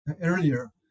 earlier